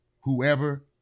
whoever